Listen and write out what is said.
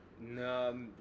No